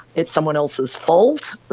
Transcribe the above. it's someone else's fault,